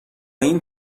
این